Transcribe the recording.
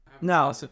No